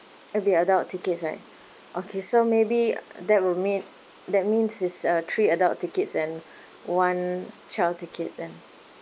it'll be adult tickets right okay so maybe that will made that means it's uh three adult tickets and one child ticket then